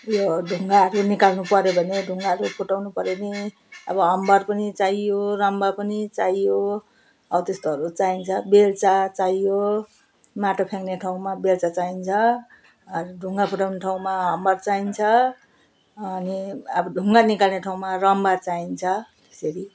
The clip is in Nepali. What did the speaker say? उयो ढुङ्गाहरू निकाल्नु पर्यो भने ढुङ्गाहरू फुटाउनु पर्यो भने अब हम्मर पनि चाहियो रम्मा पनि चाहियो हौ त्यस्तोहरू चाहिन्छ बेल्चा चाहियो माटो फ्याँक्ने ठाउँमा बेल्चा चाहिन्छ अरू ढुङ्गा फुटाउने ठाउँमा हम्मर चाहिन्छ अनि अब ढुङ्गा निकाल्ने ठाउँमा रम्मा चाहिन्छ त्यसरी